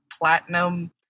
platinum